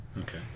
Okay